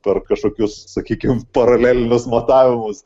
per kažkokius sakykim paralelius matavimus